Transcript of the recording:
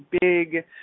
big